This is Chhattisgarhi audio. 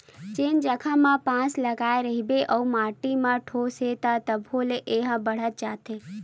जेन जघा म बांस लगाए रहिबे अउ माटी म ठोस हे त तभो ले ए ह बाड़हत जाथे